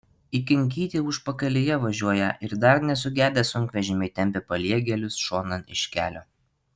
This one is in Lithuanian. įkinkyti užpakalyje važiuoją ir dar nesugedę sunkvežimiai tempia paliegėlius šonan iš kelio